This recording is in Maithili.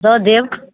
दऽ देब